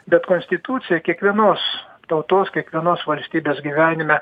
bet konstitucija kiekvienos tautos kiekvienos valstybės gyvenime